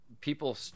people